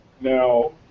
Now